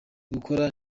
gukora